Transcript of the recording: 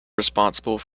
responsible